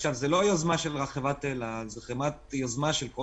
זאת לא יוזמה של חברת אל על,